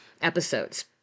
episodes